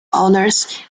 honors